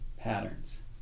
patterns